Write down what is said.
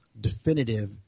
definitive